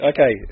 Okay